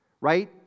right